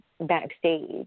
backstage